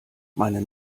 meine